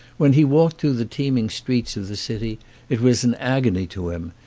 when he walked through the teeming streets of the city it was an agony to him,